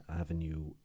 avenue